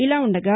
ఇలా ఉండగా